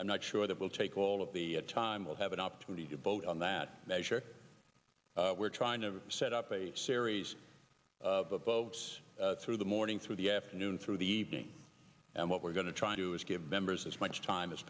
i'm not sure that will take all of the time we'll have an opportunity to vote on that measure we're trying to set up a series of votes through the morning through the afternoon through the evening and what we're going to try to do is give members as much time as